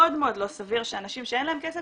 מאוד מאוד לא סביר שאנשים שאין להם כסף